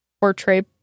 portray